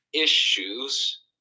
issues